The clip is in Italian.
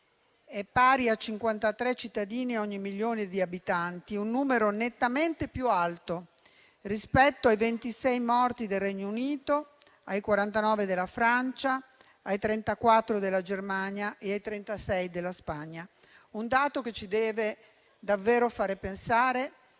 è pari a 53 cittadini ogni milione di abitanti, un numero nettamente più alto rispetto ai 26 morti del Regno Unito, ai 49 della Francia, ai 34 della Germania e ai 36 della Spagna: un dato che ci deve davvero far pensare